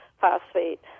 phosphate